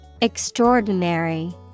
Extraordinary